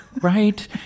Right